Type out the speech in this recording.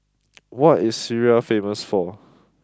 what is Syria famous for